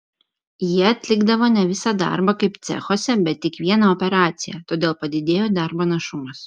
jie atlikdavo ne visą darbą kaip cechuose bet tik vieną operaciją todėl padidėjo darbo našumas